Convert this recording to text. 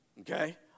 Okay